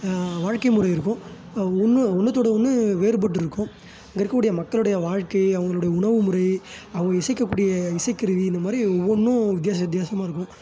வாழ்க்கை முறை இருக்கும் ஒன்று ஒன்றுத்தோட ஒன்று வேறுபட்டிருக்கும் அங்கே இருக்கக் கூடிய மக்களுடைய வாழ்க்கை அவங்களுடைய உணவு முறை அவங்க இசைக்கக்கூடிய இசைக்கருவி இந்த மாதிரி ஒவ்வொன்றும் வித்தியாச வித்தியாசமாக இருக்கும்